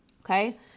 Okay